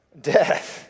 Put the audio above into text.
death